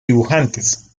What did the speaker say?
dibujantes